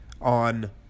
on